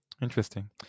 Interesting